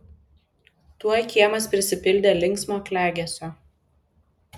tuoj kiemas prisipildė linksmo klegesio